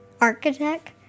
Architect